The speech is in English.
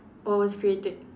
or was created